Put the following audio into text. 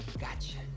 Gotcha